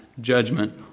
judgment